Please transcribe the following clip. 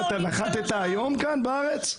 נחתת היום בארץ?